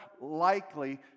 likely